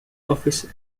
office